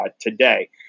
Today